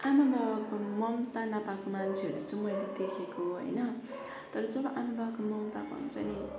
आमा बाबाको ममता नपाएको मान्छेहरू चाहिँ मैले देखेको होइन तर जब आमा बाबाको ममता पाउँछ नि